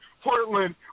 Portland